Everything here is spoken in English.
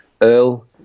Earl